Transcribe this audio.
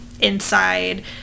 inside